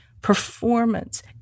performance